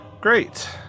Great